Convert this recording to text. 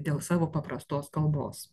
dėl savo paprastos kalbos